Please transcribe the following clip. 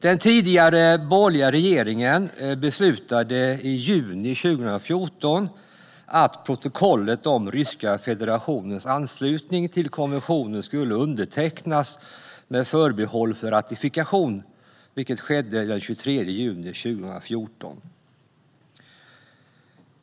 Den tidigare borgerliga regeringen beslutade i juni 2014 att protokollet om Ryska federationens anslutning till konventionen skulle undertecknas med förbehåll för ratifikation, vilket skedde den 23 juni 2014.